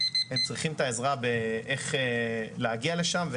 הם צריכים את העזרה באיך להגיע לשם.